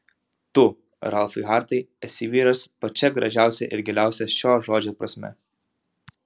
tu ralfai hartai esi vyras pačia gražiausia ir giliausia šio žodžio prasme